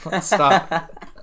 Stop